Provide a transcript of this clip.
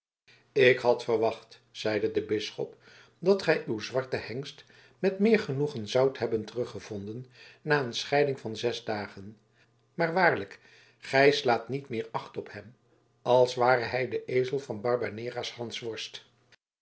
ik had verwacht zeide de bisschop dat gij uw zwarten hengst met meer genoegen zoudt hebben teruggevonden na een scheiding van zes dagen maar waarlijk gij slaat niet meer acht op hem als ware hij de ezel van